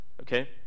Okay